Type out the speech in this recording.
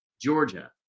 Georgia